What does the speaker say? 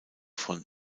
von